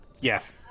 yes